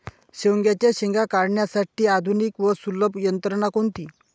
शेवग्याच्या शेंगा काढण्यासाठी आधुनिक व सुलभ यंत्रणा कोणती?